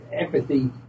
empathy